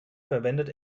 verwendet